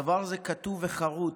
הדבר הזה כתוב וחרות.